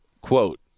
quote